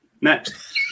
Next